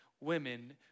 women